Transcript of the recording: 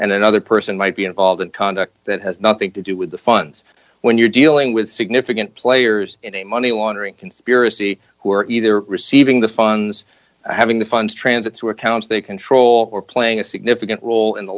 and another person might be involved in conduct that has nothing to do with the funds when you're dealing with significant players in a money laundering conspiracy who are either receiving the funds having the funds transit through accounts they control or playing a significant role in the